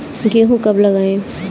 गेहूँ कब लगाएँ?